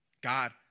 God